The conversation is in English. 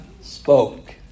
spoke